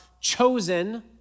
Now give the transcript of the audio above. chosen